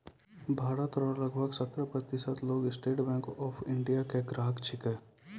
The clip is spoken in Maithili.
भारत रो लगभग सत्तर प्रतिशत लोग स्टेट बैंक ऑफ इंडिया रो ग्राहक छिकै